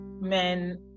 men